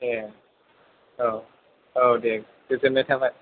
ए औ औ दे गोजोननाय थाबाय